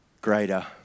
greater